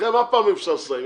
אתכם אף פעם אי אפשר לסיים,